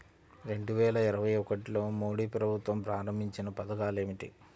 రెండు వేల ఇరవై ఒకటిలో మోడీ ప్రభుత్వం ప్రారంభించిన పథకాలు ఏమిటీ?